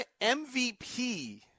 MVP